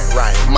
right